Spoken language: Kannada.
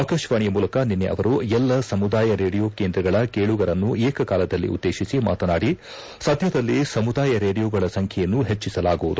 ಆಕಾಶವಾಣಿಯ ಮೂಲಕ ನಿನ್ನೆ ಅವರು ಎಲ್ಲ ಸಮುದಾಯ ರೇಡಿಯೋ ಕೇಂದ್ರಗಳ ಕೇಳುಗರನ್ನು ಏಕಕಾಲದಲ್ಲಿ ಉದ್ದೇಶಿಸಿ ಮಾತನಾಡಿ ಸದ್ದದಲ್ಲೇ ಸಮುದಾಯ ರೇಡಿಯೋಗಳ ಸಂಖ್ಯೆಯನ್ನು ಹೆಚ್ಚಿಸಲಾಗುವುದು